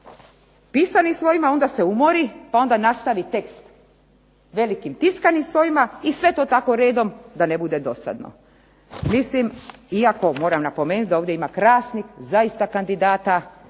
pisanim slovima, onda se umori, pa onda nastavi tekst velikim tiskanim slovima, i sve to tako redom da ne bude dosadno. Mislim iako moram napomenuti da ovdje ima krasnih zaista kandidata